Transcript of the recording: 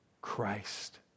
Christ